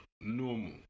normal